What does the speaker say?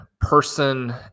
person